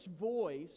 voice